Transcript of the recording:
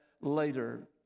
later